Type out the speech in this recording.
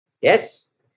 Yes